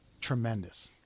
tremendous